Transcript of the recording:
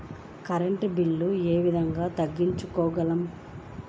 Current bill ఏ విధంగా తగ్గించుకోగలము?